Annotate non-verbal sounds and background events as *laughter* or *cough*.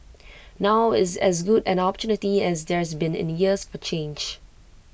*noise* now is as good an opportunity as there's been in years for change